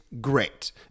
Great